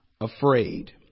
afraid